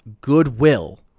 goodwill